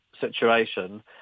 situation